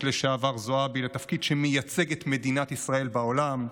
לשעבר זועבי לתפקיד שמייצג את מדינת ישראל בעולם.